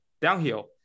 downhill